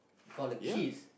call a kith